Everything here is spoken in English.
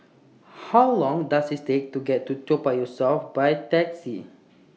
How Long Does IT Take to get to Toa Payoh South By Taxi